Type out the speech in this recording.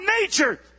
nature